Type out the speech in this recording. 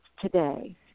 today